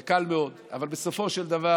זה קל מאוד, אבל בסופו של דבר